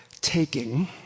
taking